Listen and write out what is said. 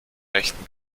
rechten